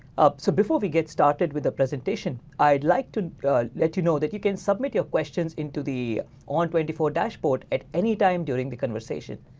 um so before we get started with the presentation i'd like to let you know that you can submit your questions into the o n two four dashboard at any time during the conversation.